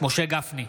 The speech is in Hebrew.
משה גפני,